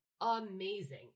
amazing